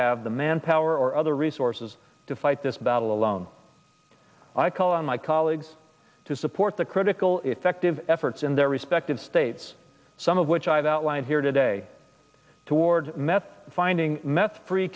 have the manpower or other resources to fight this battle alone i call on my colleagues to support the critical effective efforts in their respective states some of which i've outlined here today toward meth finding meth free